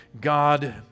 God